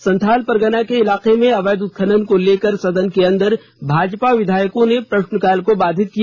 संथाल परगना के इलाके में अवैध उत्खनन को लकर सदन के अंदर भाजपा विधायकों ने प्रश्नकाल को बाधित किया